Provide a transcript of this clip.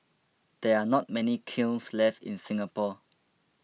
there are not many kilns left in Singapore